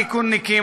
ליכודניקים,